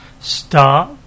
start